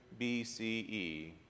BCE